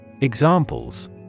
Examples